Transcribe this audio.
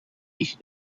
each